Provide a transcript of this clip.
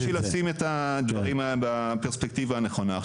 לשים את הדברים בפרספקטיבה הנכונה,